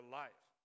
life